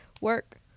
Work